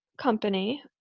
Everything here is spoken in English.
company